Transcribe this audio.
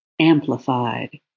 amplified